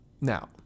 Now